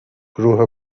گروه